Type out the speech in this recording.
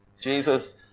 Jesus